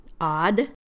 odd